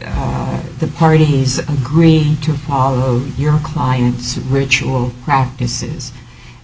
that the parties agree to follow your client's ritual practices